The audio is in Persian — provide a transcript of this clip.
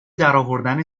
درآوردن